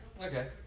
Okay